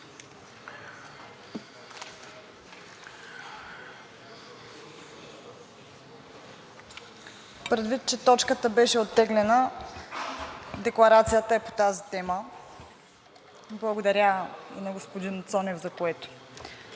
Предвид, че точката беше оттеглена, а Декларацията е по тази тема, благодаря на господин Цонев, за което.